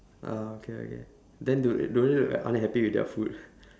ah okay okay then do the~ do they look like unhappy with their food